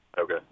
Okay